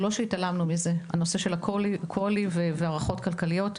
זה לא שהתעלמנו מהנושא של ה-QALY וההערכות הכלכליות.